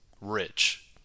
rich